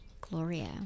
Gloria